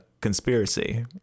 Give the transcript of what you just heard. conspiracy